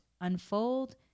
unfold